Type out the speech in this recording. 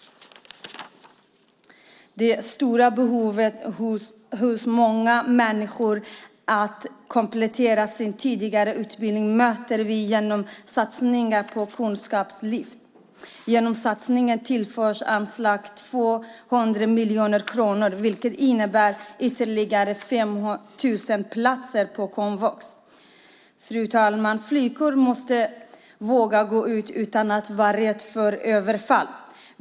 Det stora behovet hos många människor att komplettera sin tidigare utbildning möter vi genom satsningen Kunskapslyftet. Genom satsningen tillförs anslaget 200 miljoner kronor, vilket innebär ytterligare 5 000 platser på komvux. Fru talman! Flickor måste våga gå ut utan att vara rädda för överfall.